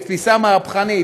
לתפיסה מהפכנית,